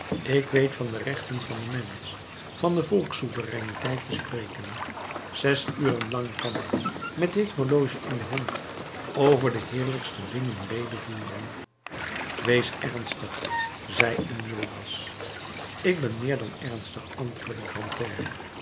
ik weet van de rechten van den mensch van de volkssouvereiniteit te spreken zes uren lang kan ik met dit horloge in de hand over de heerlijkste dingen redevoeren wees ernstig zei enjolras ik ben meer dan ernstig antwoordde